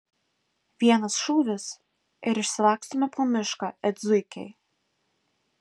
vienas šūvis ir išsilakstome po mišką it zuikiai